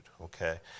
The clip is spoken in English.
okay